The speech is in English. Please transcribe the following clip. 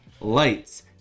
lights